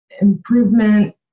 improvement